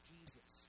Jesus